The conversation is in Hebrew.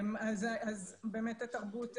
אז באמת התרבות,